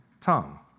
tongue